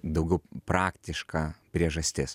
daugiau praktiška priežastis